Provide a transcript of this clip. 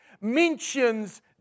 mentions